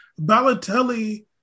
Balotelli